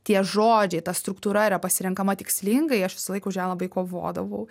tie žodžiai ta struktūra yra pasirenkama tikslingai aš visąlaik už ją labai kovodavau